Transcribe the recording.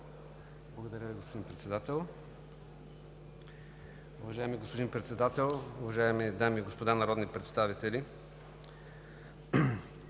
Благодаря Ви, господин Председател. Уважаеми господин Председател, уважаеми дами и господа народни представители!